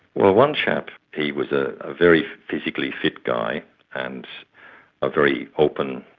well, one chap, he was ah a very physically fit guy and a very open,